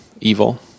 evil